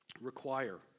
require